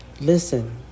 Listen